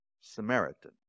Samaritan